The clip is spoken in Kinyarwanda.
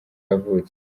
yavutse